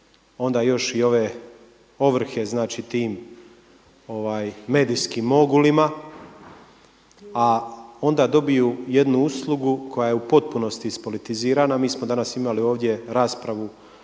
onda još i ove ovrhe znači tim medijskim mogulima, a onda dobiju jednu uslugu koja je u potpunosti ispolitizirana. Mi smo danas imali ovdje raspravu